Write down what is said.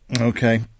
Okay